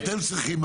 אתם צריכים,